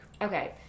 Okay